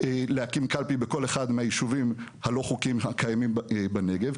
להקים קלפי בכל אחד מהיישובים הלא חוקיים הקיימים בנגב,